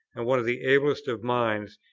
and one of the ablest of minds,